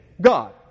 God